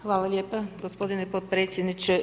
Hvala lijepa gospodine potpredsjedniče.